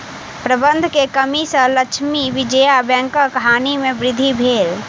प्रबंधन के कमी सॅ लक्ष्मी विजया बैंकक हानि में वृद्धि भेल